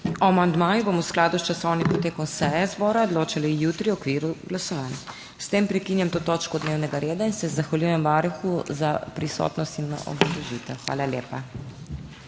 amandmajih bomo v skladu s časovnim potekom seje zbora odločali jutri v okviru glasovanj. S tem prekinjam to točko dnevnega reda in se zahvaljujem varuhu za prisotnost in obrazložitev. Hvala lepa.